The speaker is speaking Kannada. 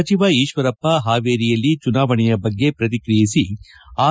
ಸಚಿವ ಈಶ್ವರಪ್ಪ ಪಾವೇರಿಯಲ್ಲಿ ಚುನಾವಣೆಯ ಬಗ್ಗೆ ಪ್ರತಿಕ್ರಿಯಿಸಿ ಆರ್